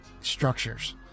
structures